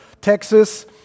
Texas